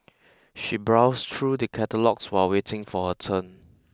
she browsed through the catalogues while waiting for her turn